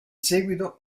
seguito